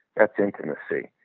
that's intimacy.